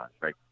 right